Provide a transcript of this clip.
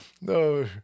No